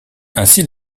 ainsi